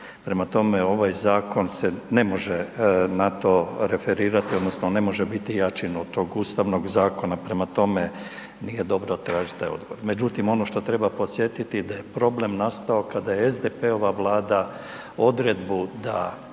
Prema tome, ovaj zakon se ne može na to referirati odnosno ne može biti jači od tog ustavnog zakona, prema tome nije dobro tražiti taj odgovor. Međutim ono što treba podsjetiti da je problem nastao kada je SDP-ova vlada odredbu